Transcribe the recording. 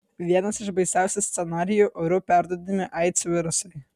vienas iš baisiausių scenarijų oru perduodami aids virusai